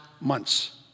months